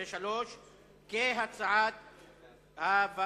קבוצת סיעת בל"ד,